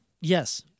Yes